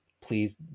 please